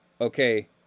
okay